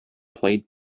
played